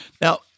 now